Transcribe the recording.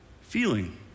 feeling